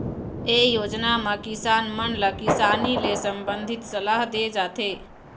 ए योजना म किसान मन ल किसानी ले संबंधित सलाह दे जाथे